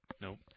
Nope